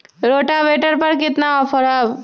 Rotavator पर केतना offer हव?